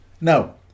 now